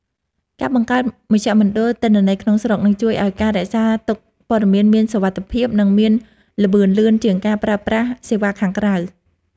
ការបង្កើតមជ្ឈមណ្ឌលទិន្នន័យក្នុងស្រុកនឹងជួយឱ្យការរក្សាទុកព័ត៌មានមានសុវត្ថិភាពនិងមានល្បឿនលឿនជាងការប្រើប្រាស់សេវាខាងក្រៅ។